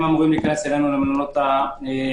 הם אמורים להיכנס למעונות הבידוד.